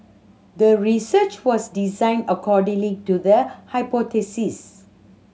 the research was designed accordingly to the hypothesis